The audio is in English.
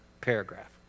paragraph